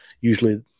Usually